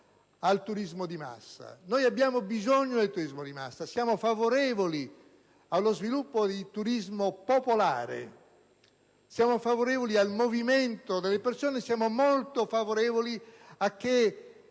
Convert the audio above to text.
al turismo di massa. Abbiamo bisogno del turismo di massa, siamo favorevoli allo sviluppo del turismo popolare ed al movimento delle persone e siamo molto favorevoli ai